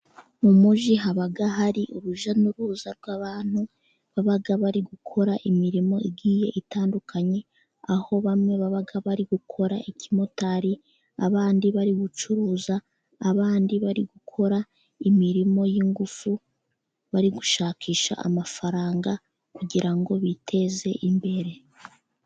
Mu mujyi haba hari urujya n'uruza rw'abantu baba bari gukora imirimo igiye itandukanye, aho bamwe baba bari gukora ikimotari, abandi bari gucuruza, abandi bari gukora imirimo y'ingufu, bari gushakisha amafaranga kugira ngo biteze imbere.